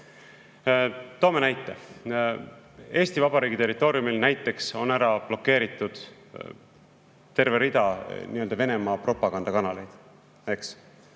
Toon näite. Eesti Vabariigi territooriumil on ära blokeeritud terve rida nii-öelda Venemaa propagandakanaleid,